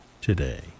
today